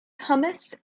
hummus